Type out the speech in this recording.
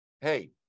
hey